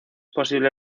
posible